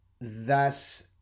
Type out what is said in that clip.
thus